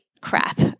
crap